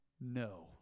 no